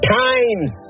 times